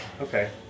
Okay